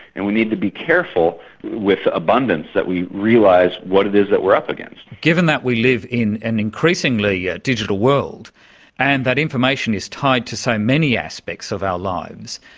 and we need to be careful with abundance, that we realise what it is that we're up against. given that we live in an increasingly yeah digital world and that information is tied to so many aspects of our lives,